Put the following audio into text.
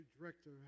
director